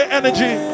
energy